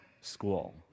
school